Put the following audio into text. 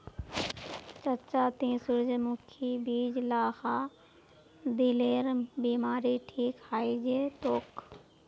चच्चा ती सूरजमुखीर बीज ला खा, दिलेर बीमारी ठीक हइ जै तोक